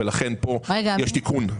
לכן, יש פה תיקון.